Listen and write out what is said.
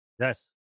Yes